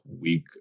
week